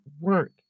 work